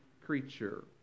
creature